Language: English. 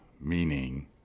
meaning